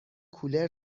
کولر